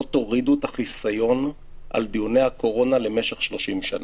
תורידו את החיסיון על דיוני הקורונה למשך 30 שנה,